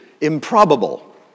improbable